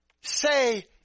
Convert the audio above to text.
say